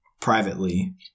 privately